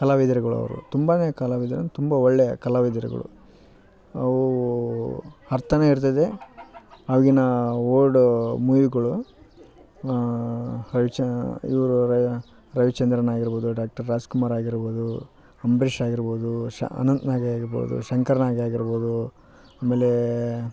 ಕಲಾವಿದರುಗಳು ಅವರು ತುಂಬಾನೇ ಕಲಾವಿದರ ತುಂಬ ಒಳ್ಳೆಯ ಕಲಾವಿದರುಗಳು ಅವು ಅರ್ಥವೇ ಇರ್ತದೆ ಆವಾಗಿನ ಓಲ್ಡ್ ಮೂವಿಗಳು ರವಿ ಚಂ ಇವರು ರವಿ ಚಂದ್ರನ್ ಆಗಿರಬೋದು ಡಾಕ್ಟರ್ ರಾಜ್ಕುಮಾರ್ ಆಗಿರಬೋದು ಅಂಬರೀಷ್ ಆಗಿರಬೋದು ಶ ಅನಂತ್ನಾಗೆ ಆಗಿರಬೋದು ಶಂಕರ್ನಾಗೆ ಆಗಿರಬೋದು ಆಮೇಲೆ